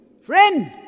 Friend